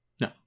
no